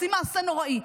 עושים מעשה נוראי.